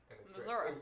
Missouri